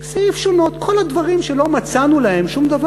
סעיף שונות, כל הדברים שלא מצאנו להם שום דבר,